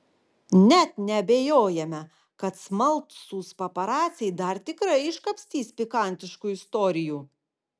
net neabejojame kad smalsūs paparaciai dar tikrai iškapstys pikantiškų istorijų